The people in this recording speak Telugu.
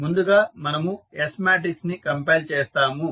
ముందుగా మనము S మాట్రిక్స్ ని కంపైల్ చేస్తాము